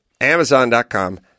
Amazon.com